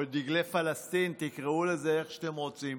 או דגלי פלסטין, תקראו לזה איך שאתם רוצים.